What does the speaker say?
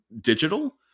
digital